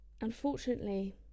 unfortunately